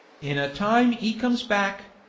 in a time e comes back.